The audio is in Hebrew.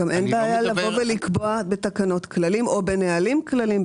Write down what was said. גם אם בעיה לבוא ולקבוע בתקנות כללים או בנהלים כללים,